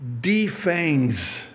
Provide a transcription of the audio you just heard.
defangs